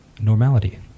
normality